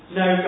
no